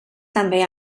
també